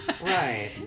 right